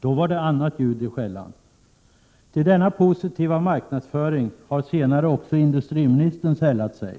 Då var det annat ljud i skällan. Till denna positiva marknadsföring har senare också industriministern anslutit sig.